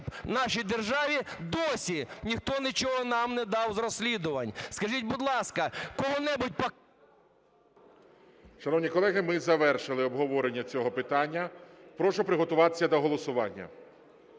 нашій державі, досі ніхто нічого нам не дав з розслідувань. Скажіть, будь ласка, кого-небудь... ГОЛОВУЮЧИЙ. Шановні колеги, ми завершили обговорення цього питання. Прошу приготуватися до голосування.